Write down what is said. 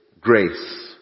grace